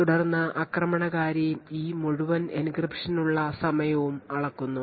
തുടർന്ന് ആക്രമണകാരി ഈ മുഴുവൻ എൻക്രിപ്ഷനുള്ള സമയവും അളക്കുന്നു